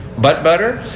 butt butter.